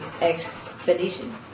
expedition